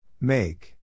Make